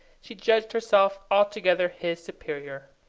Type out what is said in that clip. she judged herself altogether his superior.